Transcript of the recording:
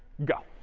go.